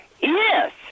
Yes